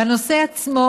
בנושא עצמו,